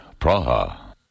Praha